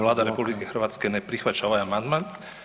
Vlada RH ne prihvaća ovaj amandman.